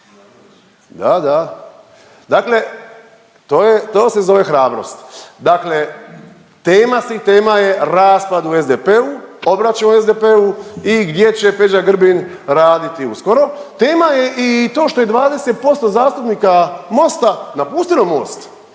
da, da, dakle to se zove hrabrost. Dakle, tema svih tema je raspad u SDP-u, obračun u SDP-u i gdje će Peđa Grbin raditi uskoro. Tema je i to što je 20% zastupnika Mosta napustilo Most,